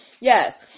Yes